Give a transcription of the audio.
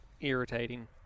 irritating